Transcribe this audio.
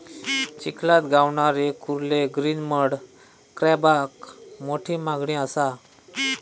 चिखलात गावणारे कुर्ले ग्रीन मड क्रॅबाक मोठी मागणी असा